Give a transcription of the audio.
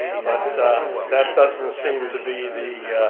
but that doesn't seem to be the